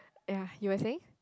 ya you were saying